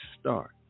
start